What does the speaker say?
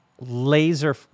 laser